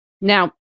Now